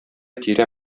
тирә